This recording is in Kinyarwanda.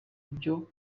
byo